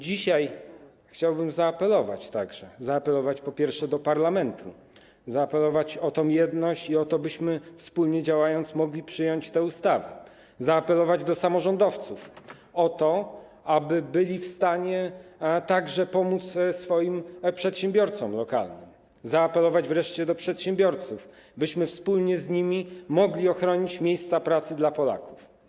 Dzisiaj chciałbym także zaapelować do parlamentu, zaapelować o tę jedność i o to, byśmy, wspólnie działając, mogli przyjąć tę ustawę, zaapelować do samorządowców o to, aby byli także w stanie pomóc swoim przedsiębiorcom lokalnym, zaapelować wreszcie do przedsiębiorców, byśmy wspólnie z nimi mogli ochronić miejsca pracy dla Polaków.